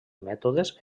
mètodes